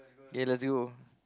okay lets go